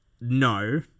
no